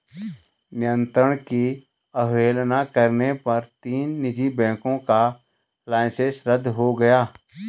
नियंत्रण की अवहेलना करने पर तीन निजी बैंकों का लाइसेंस रद्द हो गया